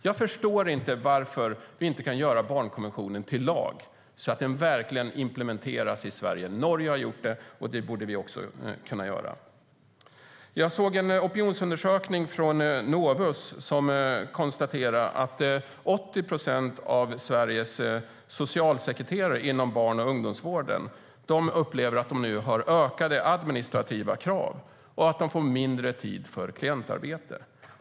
Jag förstår inte varför vi inte kan göra barnkonventionen till lag så att den verkligen implementeras i Sverige. Norge har gjort det, och det borde vi också kunna göra. Jag såg en opinionsundersökning från Novus där det konstateras att 80 procent av Sveriges socialsekreterare inom barn och ungdomsvården upplever att de nu har ökade administrativa krav och att de får mindre tid för klientarbete.